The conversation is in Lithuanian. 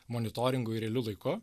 monitoringui realiu laiku